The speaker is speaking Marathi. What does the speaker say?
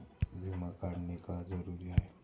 विमा काढणे का जरुरी आहे?